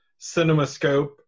CinemaScope